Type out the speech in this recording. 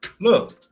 Look